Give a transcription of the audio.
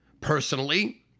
personally